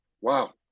wow